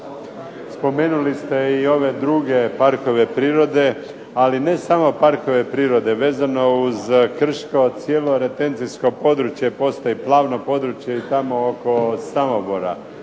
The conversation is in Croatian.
spomenuli ste i ove druge parkove prirode ali ne samo parkove prirode, vezano uz Krško cijelo retencijsko područje postaje plavno područje i tamo oko Samobora.